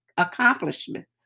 accomplishment